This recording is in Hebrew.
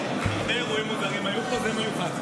הרבה אירועים מוזרים היו פה, זה מיוחד.